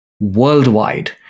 worldwide